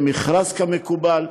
יהיה מכרז כמקובל,